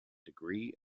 degree